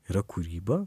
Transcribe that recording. yra kūryba